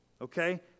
okay